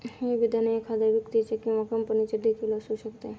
हे विधान एखाद्या व्यक्तीचे किंवा कंपनीचे देखील असू शकते